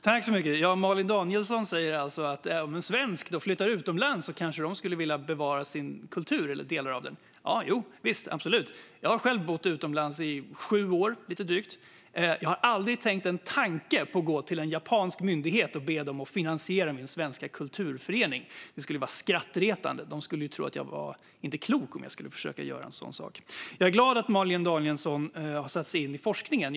Fru talman! Malin Danielsson säger alltså att svenskar som flyttar utomlands kanske vill bevara sin kultur eller delar av den. Visst, absolut! Jag har själv bott utomlands i lite drygt sju år. Jag har aldrig tänkt en tanke på att gå till en japansk myndighet och be den finansiera min svenska kulturförening. Det skulle vara skrattretande - de skulle tro att jag inte var klok om jag skulle försöka göra en sådan sak. Jag är glad att Malin Danielsson har satt sig in i forskningen.